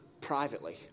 privately